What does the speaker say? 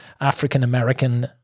African-American